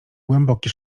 głęboki